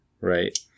right